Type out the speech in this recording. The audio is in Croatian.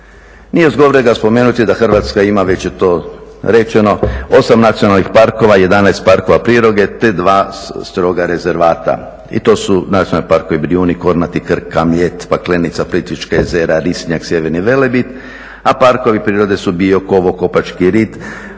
Nije zgorega spomenuti da Hrvatska ima, već je to rečeno, 8 nacionalnih parkova, 11 parkova prirode te 2 stroga rezervata. I to su nacionalni parkovi Brijuni, Kornati, Krka, Mljet, Paklenica, Plitvička jezera, Risnjak, Sjeverni Velebit, a parkovi prirode su Biokovo, Kopački rit,